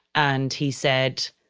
and he said,